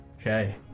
Okay